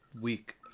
week